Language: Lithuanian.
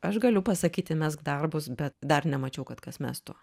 aš galiu pasakyti mesk darbus bet dar nemačiau kad kas mestų